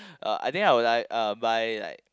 uh I think I would like uh buy like